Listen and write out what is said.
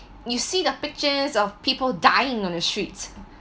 you see the pictures of people dying on the streets